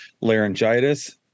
laryngitis